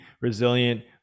resilient